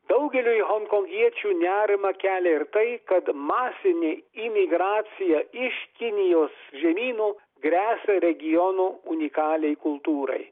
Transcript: daugeliui honkongiečių nerimą kelia ir tai kad masinė imigracija iš kinijos žemynų gresia regiono unikaliai kultūrai